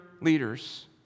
leaders